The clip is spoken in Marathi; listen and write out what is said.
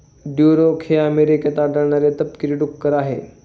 ड्युरोक हे अमेरिकेत आढळणारे तपकिरी डुक्कर आहे